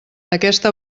aquesta